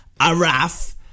araf